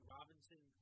Robinson